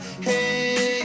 Hey